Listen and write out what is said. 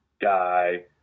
guy